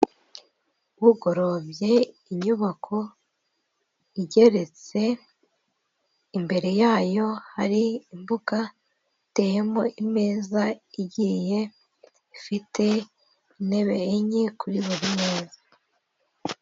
Bugorobye inyubako igeretse imbere yayo hari imbuga iteyemo imeza igiye ifite intebe enye kuri buri meza.